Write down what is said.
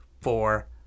four